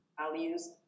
values